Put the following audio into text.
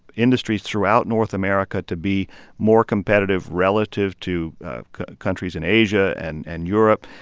industries throughout north america to be more competitive relative to countries in asia and and europe.